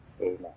Amen